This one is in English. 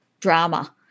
drama